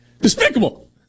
Despicable